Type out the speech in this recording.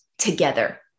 together